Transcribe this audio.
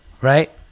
right